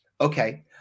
Okay